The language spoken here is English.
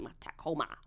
Tacoma